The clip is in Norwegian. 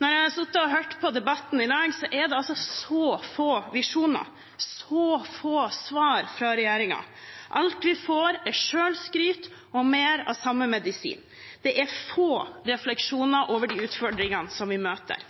Når jeg har sittet og hørt på debatten i dag, er det altså så få visjoner, så få svar fra regjeringen. Alt vi får, er selvskryt og mer av samme medisin. Det er få refleksjoner over de utfordringene som vi møter.